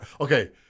Okay